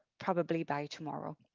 probably by tomorrow.